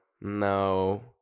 No